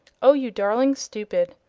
o you darling stupid!